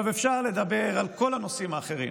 אפשר לדבר על כל הנושאים האחרים,